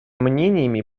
мнениями